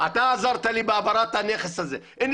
אתה עזרת לי בהעברת הנכס הזה הנה,